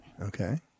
Okay